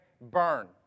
burn